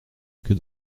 que